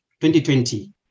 2020